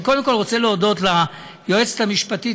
אני קודם כול רוצה להודות ליועצת המשפטית,